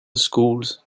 schools